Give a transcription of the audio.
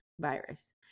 virus